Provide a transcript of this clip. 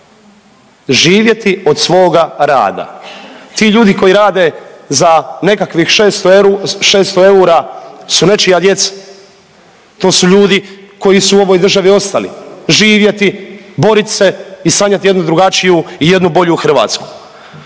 živjeti od svoga rada. Ti ljudi koji rade za nekakvih 600 eura su nečija djeca, to su ljudi koji su u ovoj državi ostali živjeti, borit se i sanjati jednu drugačiju i jednu bolju Hrvatsku.